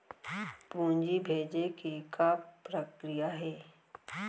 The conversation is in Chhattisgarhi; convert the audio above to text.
पूंजी भेजे के का प्रक्रिया हे?